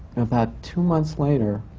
about two months later,